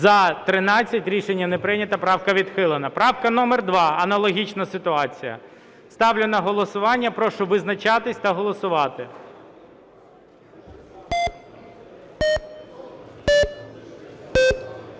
За-13 Рішення не прийнято. Правка відхилена. Правка номер 2 – аналогічна ситуація. Ставлю на голосування. Прошу визначатись та голосувати.